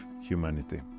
humanity